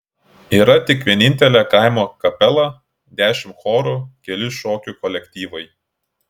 yra tik vienintelė kaimo kapela dešimt chorų keli šokių kolektyvai